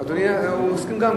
אדוני, גם הוא הסכים.